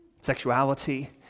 Sexuality